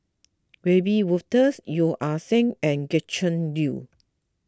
Wiebe Wolters Yeo Ah Seng and Gretchen Liu